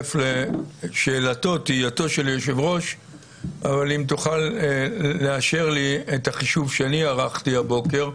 מצטרף לשאלת היושב ראש אבל אם תוכל לאשר לי את החישוב שאני ערכתי הבוקר.